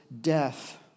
death